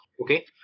Okay